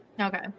okay